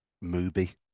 movie